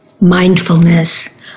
mindfulness